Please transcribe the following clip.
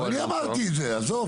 אני אמרתי את זה, עזוב.